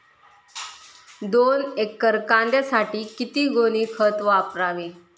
दोन एकर कांद्यासाठी किती गोणी खत वापरावे?